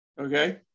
Okay